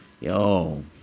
yo